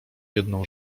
jedną